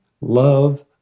love